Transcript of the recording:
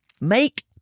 make